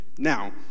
Now